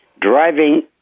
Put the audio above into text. driving